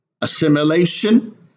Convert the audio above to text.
assimilation